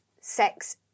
Sex